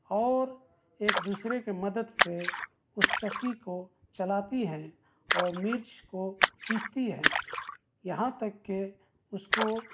اور ایک دوسرے کے مدد سے اُس چکّی کو چلاتی ہیں اور مرچ کو پیستی ہیں یہاں تک کہ اُس کو